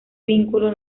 vínculo